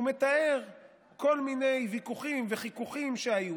הוא מתאר כל מיני ויכוחים וחיכוכים שהיו,